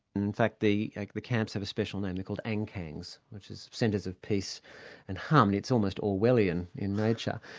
in fact the like the camps have a special name they're called angkhangs, which is centres of peace and harmony. it's almost orwellian in nature.